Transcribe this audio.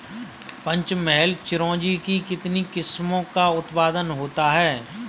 पंचमहल चिरौंजी की कितनी किस्मों का उत्पादन होता है?